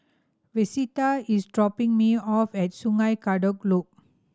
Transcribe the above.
Vesta is dropping me off at Sungei Kadut Loop